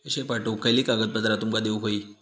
पैशे पाठवुक खयली कागदपत्रा तुमका देऊक व्हयी?